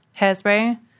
Hairspray